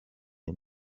and